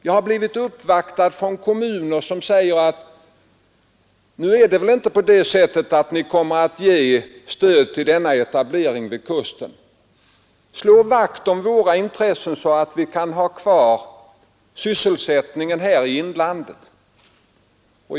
Jag har blivit uppvaktad från kommuner som säger: Ni kommer väl inte att ge stöd till denna etablering vid kusten. Slå vakt om våra intressen så att vi kan ha kvar sysselsättningen här i inlandet.